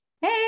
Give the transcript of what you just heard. Hey